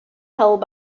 held